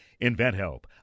InventHelp